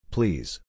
Please